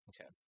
Okay